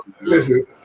listen